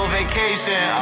vacation